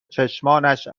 چشمانش